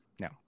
No